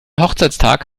hochzeitstag